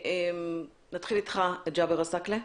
נתחיל איתך, ג'אבר עסאקלה.